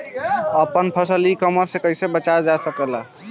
आपन फसल e commerce पर कईसे बेच सकिले?